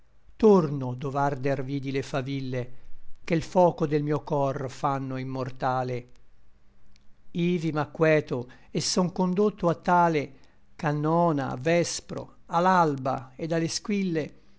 torno dov'arder vidi le faville che l foco del mio cor fanno immortale ivi m'acqueto et son condotto a tale ch'a nona a vespro a l'alba et a le squille